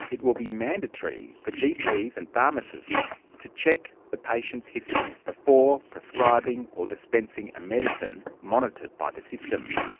it will be mandatory for gps and pharmacists to check the patient's history before prescribing or dispensing a medicine monitored by the system.